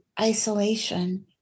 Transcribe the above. Isolation